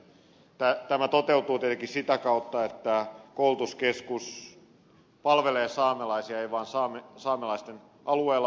tämä toteutuu tietenkin sitä kautta että koulutuskeskus palvelee saamelaisia ei vain saamelaisten alueella vaan myös muualla